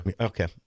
okay